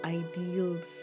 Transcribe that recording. ideals